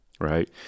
right